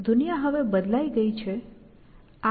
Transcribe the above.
દુનિયા હવે બદલાઈ ગઈ છે